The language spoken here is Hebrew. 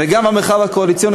וגם במרחב הקואליציוני,